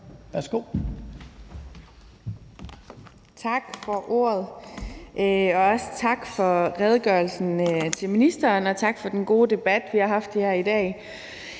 Værsgo.